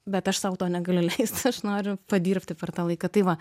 bet aš sau to negaliu leisti aš noriu padirbti per tą laiką tai va